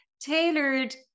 tailored